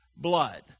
blood